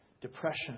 depression